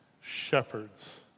shepherds